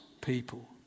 people